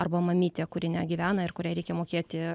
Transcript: arba mamytė kuri negyvena ir kuriai reikia mokėti